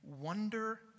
wonder